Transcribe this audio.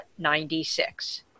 96